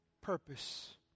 purpose